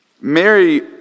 Mary